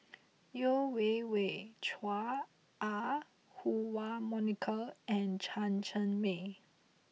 Yeo Wei Wei Chua Ah Huwa Monica and Chen Cheng Mei